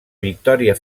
victòria